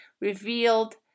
revealed